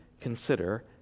consider